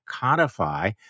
codify